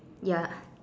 ya